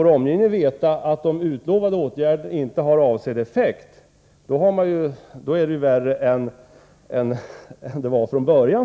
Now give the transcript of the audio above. Om omgivningen får veta att utlovade åtgärder inte har avsedd effekt, blir det bara ännu värre än det var från början.